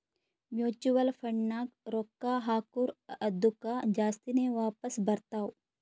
mutual ಫಂಡ್ನಾಗ್ ರೊಕ್ಕಾ ಹಾಕುರ್ ಅದ್ದುಕ ಜಾಸ್ತಿನೇ ವಾಪಾಸ್ ಬರ್ತಾವ್